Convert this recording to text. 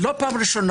לא פעם ראשונה.